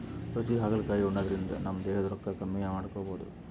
ರುಚಿ ಹಾಗಲಕಾಯಿ ಉಣಾದ್ರಿನ್ದ ನಮ್ ದೇಹದ್ದ್ ತೂಕಾ ಕಮ್ಮಿ ಮಾಡ್ಕೊಬಹುದ್